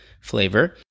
flavor